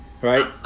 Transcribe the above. Right